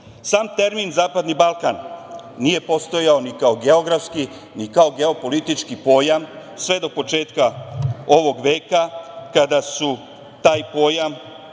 Sam termin Zapadni Balkan nije postojao ni kao geografski, ni kao geopolitički pojam, sve do početka ovog veka, kada su taj pojam